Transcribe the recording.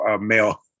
male